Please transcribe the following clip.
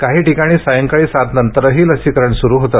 काही ठिकाणी सायंकाळी सातनंतरही लसीकरण सुरू होते